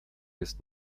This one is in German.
ist